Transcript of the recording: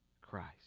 Christ